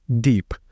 deep